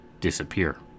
disappear